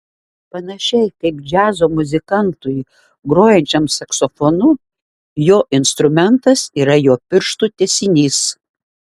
panašiai kaip džiazo muzikantui grojančiam saksofonu jo instrumentas yra jo pirštų tęsinys